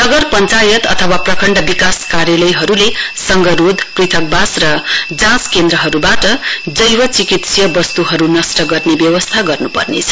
नगर पञ्चायत अथवा प्रखण्ड विकास कार्यालयहरुले संगरोधपृथकवास र जाँच केन्द्रहरुवाट जैवचिकित्सीय वस्तुहरु नष्ट गर्ने व्यवस्था गर्नपर्नेछ